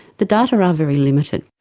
the data are ah very limited.